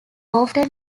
often